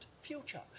future